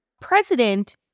president